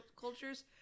cultures